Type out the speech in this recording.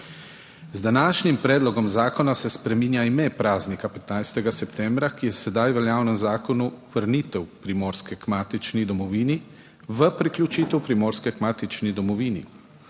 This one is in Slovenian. Z današnjim predlogom zakona se spreminja ime praznika 15. septembra, ki je sedaj v veljavnem zakonu vrnitev Primorske k matični domovini v priključitev Primorske k matični domovini.